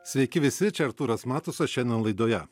sveiki visi čia artūras matusas šiandien laidoje